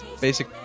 basic